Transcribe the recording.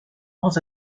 grands